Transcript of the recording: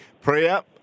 Priya